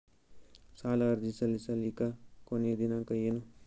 ಸಾಲ ಅರ್ಜಿ ಸಲ್ಲಿಸಲಿಕ ಕೊನಿ ದಿನಾಂಕ ಏನು?